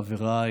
חבריי